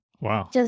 Wow